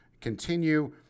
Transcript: continue